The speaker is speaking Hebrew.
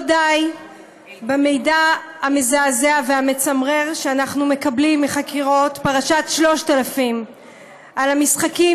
לא די במידע המזעזע והמצמרר שאנחנו מקבלים מחקירות פרשת 3000 על המשחקים